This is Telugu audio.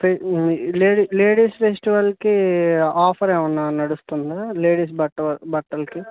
లేడీస్ ఫెస్టివల్కి ఆఫర్ ఏమైనా నడుస్తుందా లేడీస్ బట్టలకి